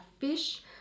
fish